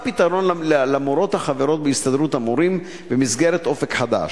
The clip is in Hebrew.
פתרון למורות החברות בהסתדרות המורים במסגרת "אופק חדש".